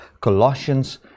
Colossians